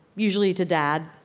usually to dad.